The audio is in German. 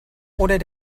oder